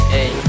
Hey